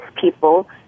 people